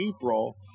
April